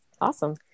Awesome